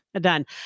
Done